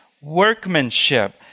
workmanship